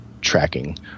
tracking